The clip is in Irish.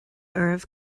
oraibh